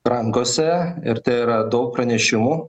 rankose ir tai yra daug pranešimų